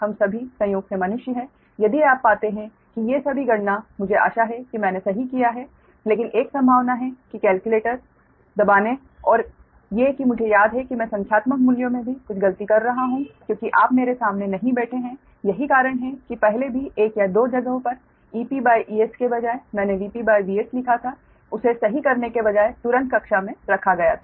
हम सभी संयोग से मनुष्य हैं यदि आप पाते हैं कि ये सभी गणना मुझे आशा है कि मैंने सही किया है लेकिन एक संभावना है कि कैलकुलेटर दबाने और ये कि मुझे याद है कि मैं संख्यात्मक मूल्यों में भी कुछ गलती कर रहा हूं क्योंकि आप मेरे सामने नहीं बैठे हैं यही कारण है कि पहले भी 1 या 2 जगहों पर Ep Es के बजाय मैंने Vp Vs लिखा था उसे सही करने के बजाय तुरंत कक्षा में रखा गया था